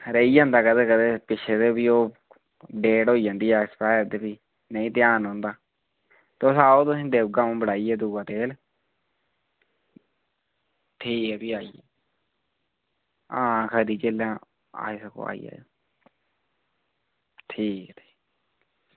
रेही जंदा कदें कदें पिच्छे बी ओह् डेट होई जंदी ऐक्सपायर ते भी नेईं ध्यान रौंह्दा तुस आओ तुसेंगी देई ओड़गा अ'ऊं बटाइयै दूआ तेल ठीक ऐ भी आई जाओ हां खरी जेल्लै आई सको आई जाएओ ठीक ऐ ठीक